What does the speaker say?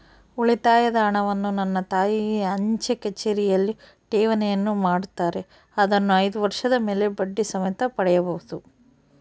ಉಳಿತಾಯದ ಹಣವನ್ನು ನನ್ನ ತಾಯಿ ಅಂಚೆಕಚೇರಿಯಲ್ಲಿ ಠೇವಣಿಯನ್ನು ಮಾಡುತ್ತಾರೆ, ಅದನ್ನು ಐದು ವರ್ಷದ ಮೇಲೆ ಬಡ್ಡಿ ಸಮೇತ ಪಡೆಯಬಹುದು